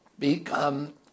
become